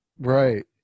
right